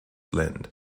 blend